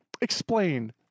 explain